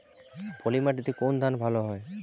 পলিমাটিতে কোন ধান ভালো হয়?